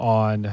on